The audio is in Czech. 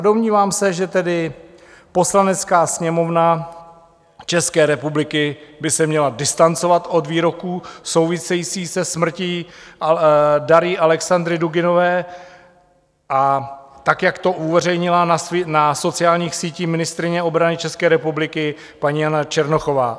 Domnívám se, že tedy Poslanecká sněmovna České republiky by se měla distancovat od výroků souvisejících se smrtí Darji Alexandry Duginové, tak jak to uveřejnila na sociálních sítích ministryně obrany České republiky, paní Jana Černochová.